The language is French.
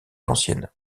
ancienne